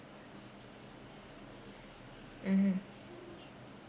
mmhmm